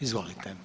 Izvolite.